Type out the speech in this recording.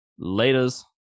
Laters